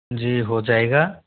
जी हो जाएगा